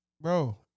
bro